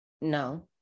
no